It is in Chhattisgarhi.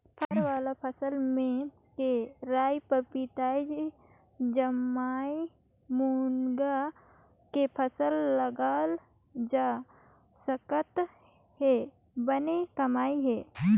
फर वाला फसल में केराएपपीताएजामएमूनगा के फसल लगाल जा सकत हे बने कमई हे